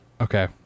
Okay